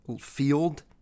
field